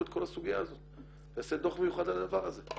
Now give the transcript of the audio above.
את כל הסוגיה הזו ויעשה דוח מיוחד על הדבר הזה.